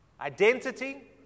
Identity